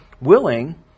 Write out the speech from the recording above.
willing